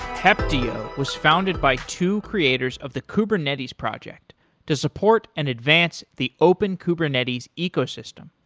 heptio was founded by two creators of the kubernetes project to support and advance the open kubernetes ecosystem.